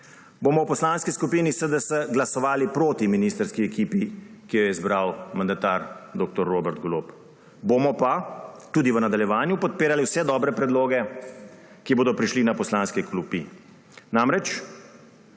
bomo v Poslanski skupini SDS glasovali proti ministrski ekipi, ki jo je izbral mandatar dr. Robert Golob. Bomo pa tudi v nadaljevanju podpirali vse dobre predloge, ki bodo prišli na poslanske klopi. Namreč,